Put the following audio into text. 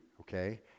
okay